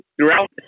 Throughout